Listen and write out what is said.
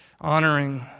honoring